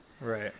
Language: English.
Right